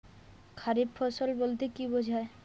খারিফ ফসল বলতে কী বোঝায়?